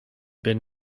been